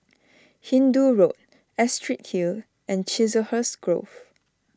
Hindoo Road Astrid Hill and Chiselhurst Grove